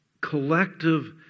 collective